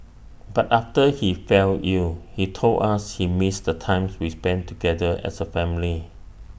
but after he fell ill he told us he missed the times we spent together as A family